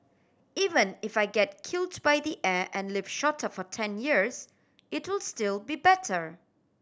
even if I get killed by the air and live shorter for ten years it'll still be better